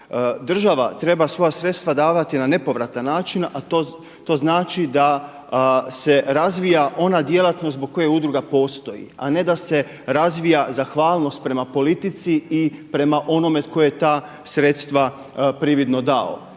Država treba svoja sredstva davati na nepovratan način, a to znači da se razvija ona djelatnost zbog koje udruga postoji, a ne da se razvija zahvalnost prema politici i prema onome tko je ta sredstva prividno dao.